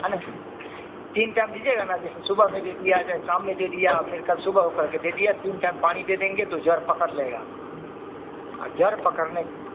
है ना तीन टाइम दीजिएगा ना जैसे सुबह में दे दिया चाहे शाम में दे दिया फिर कब सुबह को करके दे दिया तीन टाइम पानी दे देंगे तो जड़ पकड़ लेगा और जड़ पकड़ने के बाद